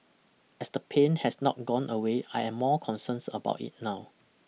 as the pain has not gone away I am more concerns about it now